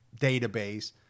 database